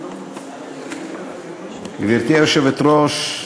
גברתי היושבת-ראש,